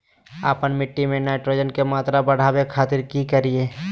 आपन मिट्टी में नाइट्रोजन के मात्रा बढ़ावे खातिर की करिय?